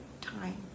time